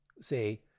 say